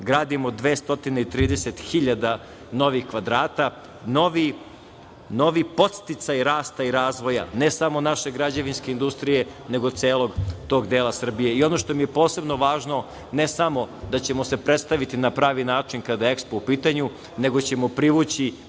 Gradimo 230.000 novih kvadrata, novi podsticaji rasta i razvoja, ne samo naše građevinske industrije, nego celog tog dela Srbije. Ono što mi je posebno važno, ne samo da ćemo se predstaviti na pravi način kada je EKSPO u pitanju, nego ćemo privući